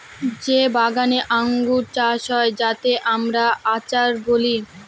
যে বাগানে আঙ্গুর চাষ হয় যাতে আমরা আচার বলি